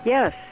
Yes